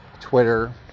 twitter